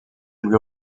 lui